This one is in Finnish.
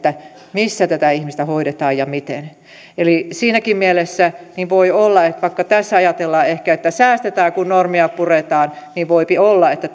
missä tätä ihmistä hoidetaan ja miten siinäkin mielessä vaikka tässä ehkä ajatellaan että säästetään kun normia puretaan voipi olla että